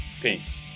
Peace